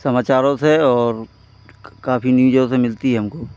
समाचारों से और काफ़ी न्यूज़ों से मिलती है हमको